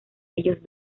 ellos